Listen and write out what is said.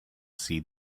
see